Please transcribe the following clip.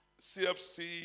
CFC